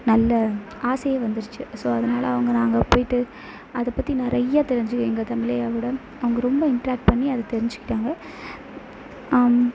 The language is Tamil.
நல்ல ஆசையே வந்துடுச்சி ஸோ அதனால் அவங்க நாங்கள் போய்ட்டு அதை பற்றி நிறைய தெரிஞ்சு எங்கள் தமிழ் ஐயாவோடு அவங்கள் ரொம்ப இன்டராக்ட் பண்ணி அதை தெரிஞ்சுக்கிட்டாங்க ஆம்